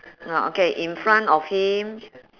okay in front of him